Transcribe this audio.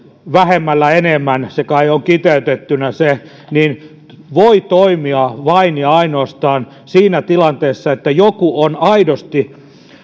vähemmällä enemmän se kai on kiteytettynä se voi toimia vain ja ainoastaan siinä tilanteessa että joku on aidosti